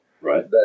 Right